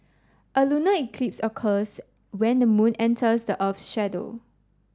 a lunar eclipse occurs when the moon enters the earth's shadow